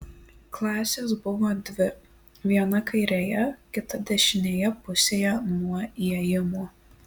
klasės buvo dvi viena kairėje kita dešinėje pusėje nuo įėjimo